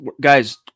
guys